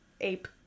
Ape